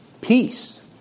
Peace